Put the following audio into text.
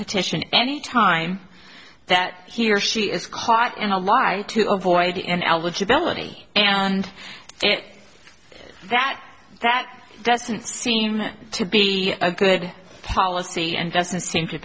petition any time that he or she is caught in a lie to avoid an eligibility and it that that doesn't seem to be a good policy and doesn't seem to